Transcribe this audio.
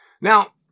Now